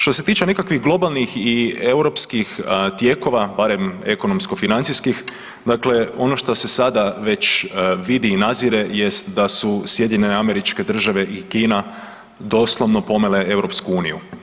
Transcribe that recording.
Što se tiče nekakvih globalnih i europskih tijekova, barem ekonomsko-financijskih, dakle ono što se sada već vidi i nazire jest da su SAD i Kina doslovno pomele EU.